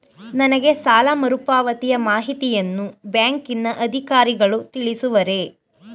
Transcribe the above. ನನಗೆ ಸಾಲ ಮರುಪಾವತಿಯ ಮಾಹಿತಿಯನ್ನು ಬ್ಯಾಂಕಿನ ಅಧಿಕಾರಿಗಳು ತಿಳಿಸುವರೇ?